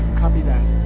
copy that.